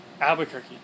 Albuquerque